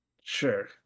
sure